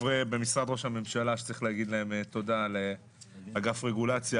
אנחנו יודעים שאנחנו מפגרים הרבה מאחור,